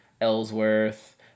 Ellsworth